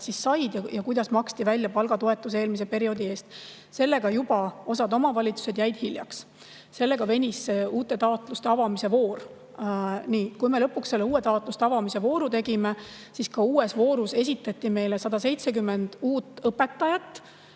said ja kuidas maksti välja palgatoetus eelmise perioodi eest. Sellega juba osa omavalitsusi jäi hiljaks ja selle tõttu venis uute taotluste avamise voor. Kui me lõpuks selle uue taotluste avamise vooru tegime, siis esitati meile 170 uut õpetajat